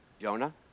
Jonah